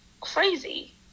crazy